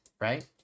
Right